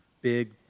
big